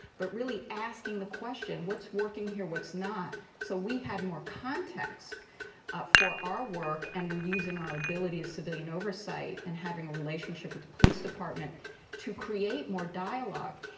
but really asking the question, what's working here? what's not? so we had more context ah for our work and we're using our ability as civilian oversight and having a relationship with the police department to create more dialogue.